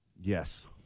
Yes